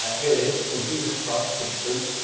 ah here it is. it's called jesus christ the truth.